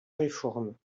réforme